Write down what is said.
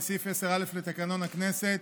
וסעיף 10(א) לתקנון הכנסת,